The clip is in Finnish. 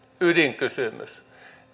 ydinkysymys